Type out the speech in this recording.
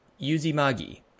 Yuzimagi